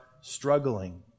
struggling